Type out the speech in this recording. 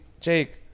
Jake